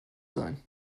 sein